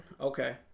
Okay